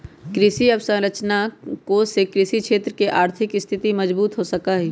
कृषि अवसरंचना कोष से कृषि क्षेत्र के आर्थिक स्थिति मजबूत हो सका हई